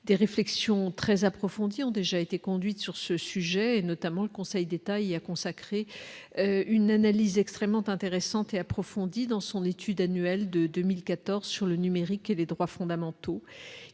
des réflexions très approfondies ont déjà été conduites sur ce sujet, et notamment le Conseil d'État, il a consacré une analyse extrêmement intéressante et approfondie dans son étude annuelle de 2014 sur le numérique et les droits fondamentaux,